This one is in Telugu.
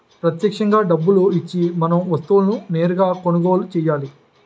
ప్రత్యక్షంగా డబ్బులు ఇచ్చి మనం వస్తువులను నేరుగా కొనుగోలు చేయాలి